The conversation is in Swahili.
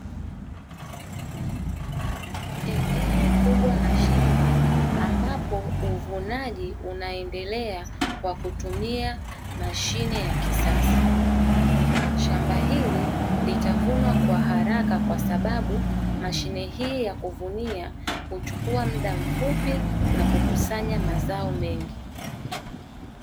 Eneo kubwa la shamba ambapo uvunaji unaendelea kwa kutumia mashine ya kisasa. shamba hili litavunwa kwa haraka kwa sababu mashine hii ya kuvunia kuchukua muda mfupi na kukusanya mazao mengi.